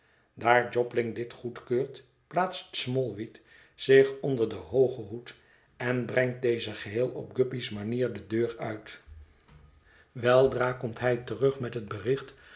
daar jobling dit goedkeurt plaatst smallweed zich onder den hoogen hoed en brengt dezen geheel op guppy's manier de deur uit weldra komt hij terug met het bericht